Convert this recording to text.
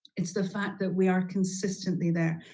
it's the fact that we are consistently there,